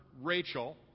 rachel